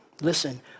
Listen